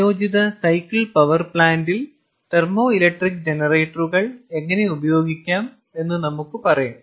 സംയോജിത cycle power പ്ലാന്റിൽ thermo electric ജനറേറ്ററുകൾ എങ്ങനെ ഉപയോഗിക്കാം എന്ന് നമുക്ക് പറയാം